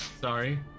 Sorry